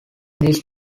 this